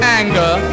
anger